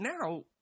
now